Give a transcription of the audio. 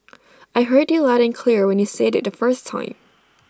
I heard you loud and clear when you said IT the first time